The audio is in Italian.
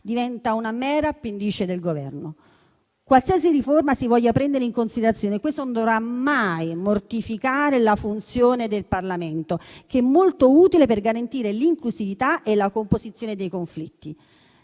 diventa una mera appendice del Governo. Qualsiasi riforma si voglia prendere in considerazione, non dovrà mai mortificare la funzione del Parlamento, che è molto utile per garantire l'inclusività e la composizione dei conflitti.